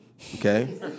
okay